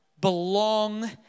belong